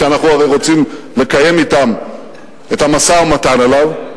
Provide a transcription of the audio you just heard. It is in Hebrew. שאנחנו הרי רוצים לקיים אתם את המשא-ומתן עליו,